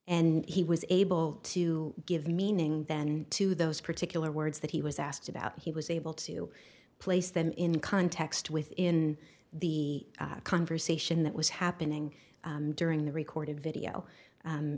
and he was able to give meaning then to those particular words that he was asked about he was able to place them in context within the conversation that was happening during the recorded video